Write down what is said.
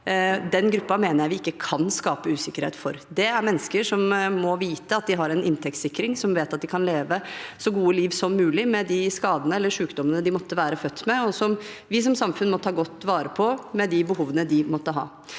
Den gruppen mener jeg vi ikke kan skape usikkerhet for. Det er mennesker som må vite at de har en inntektssikring, og at de kan leve et så godt liv som mulig med de skadene eller sykdommene de måtte være født med, og som vi som samfunn må ta godt vare på, med de behovene de måtte ha.